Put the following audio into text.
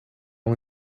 one